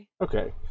Okay